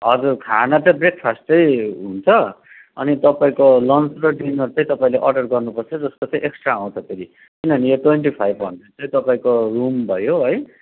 हजुर खाना चाहिँ ब्रेक फास्ट चाहिँ हुन्छ अनि तपाईँको लन्च र डिनर चाहिँ तपाईँले अडर गर्नु पर्छ जसको चाहिँ एक्स्ट्रा आउँछ फेरि किनभने यो ट्वेन्टी फाइभ हन्ड्रेड चाहिँ तपाईँको रुम भयो है